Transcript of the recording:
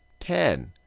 ten.